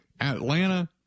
Atlanta